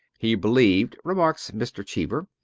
he believed, remarks mr. cheever,